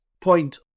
point